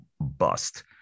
bust